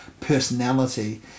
personality